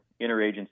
interagency